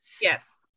Yes